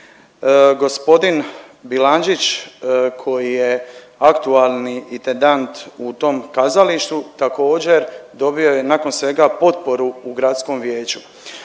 Gospodin Bilandžić koji je aktualni intendant u tom kazalištu također dobio je nakon svega potporu u gradskom vijeću.